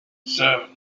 seven